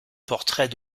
portrait